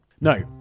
No